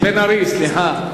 בן-ארי, סליחה.